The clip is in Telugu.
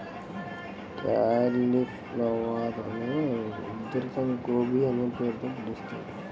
క్యాలిఫ్లవరునే ఉత్తరాదిలో గోబీ అనే పేరుతో పిలుస్తారు